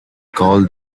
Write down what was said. call